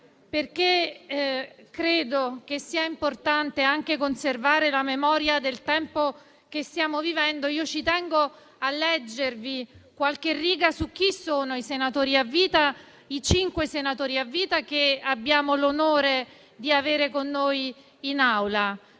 però credo che sia importante anche conservare la memoria del tempo che stiamo vivendo, ci tengo a leggervi qualche riga su chi sono i cinque senatori a vita che abbiamo l'onore di avere con noi in Aula.